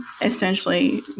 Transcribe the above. essentially